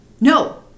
No